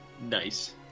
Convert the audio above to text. Nice